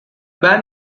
band